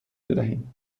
بدهیم